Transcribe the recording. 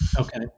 Okay